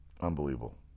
Unbelievable